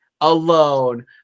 alone